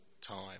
time